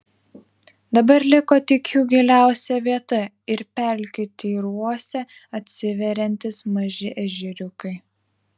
dabar liko tik jų giliausia vieta ir pelkių tyruose atsiveriantys maži ežeriukai